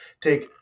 take